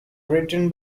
written